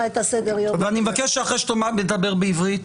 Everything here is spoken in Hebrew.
אני מבקש שאחרי שתאמר את הדברים בעברית,